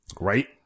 Right